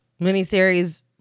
miniseries